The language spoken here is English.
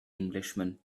englishman